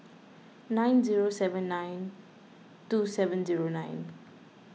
nine zero seven nine two seven zero nine